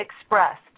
expressed